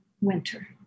winter